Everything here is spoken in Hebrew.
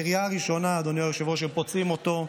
בירייה הראשונה, אדוני היושב-ראש, הם פוצעים אותו,